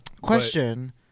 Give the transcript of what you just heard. Question